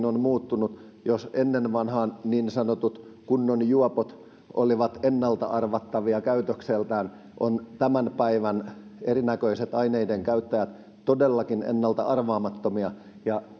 on muuttunut jos ennen vanhaan niin sanotut kunnon juopot olivat ennalta arvattavia käytökseltään ovat tämän päivän erinäköiset aineidenkäyttäjät todellakin ennalta arvaamattomia ja